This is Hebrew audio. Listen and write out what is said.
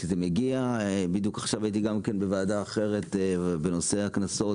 הייתי עכשיו בדיון בוועדה אחרת בנושא הקנסות.